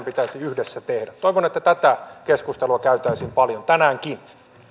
pitäisi yhdessä tehdä toivon että tätä keskustelua käytäisiin paljon tänäänkin